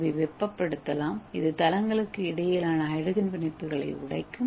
ஏவை வெப்பப்படுத்தலாம் இது தளங்களுக்கு இடையிலான ஹைட்ரஜன் பிணைப்புகளை உடைக்கும்